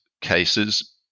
cases